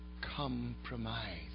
compromise